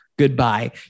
goodbye